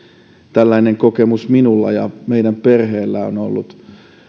tällainen kokemus minulla ja meidän perheellä on ollut